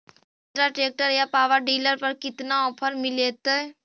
Mahindra tractor या power dealer पर कितना ओफर मीलेतय?